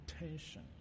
attention